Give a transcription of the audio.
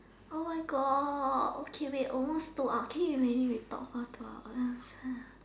oh my God okay wait almost two hour can you imagine we talk for two hours